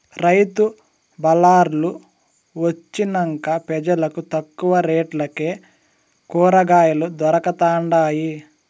రైతు బళార్లు వొచ్చినంక పెజలకు తక్కువ రేట్లకే కూరకాయలు దొరకతండాయి